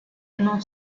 non